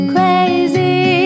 Crazy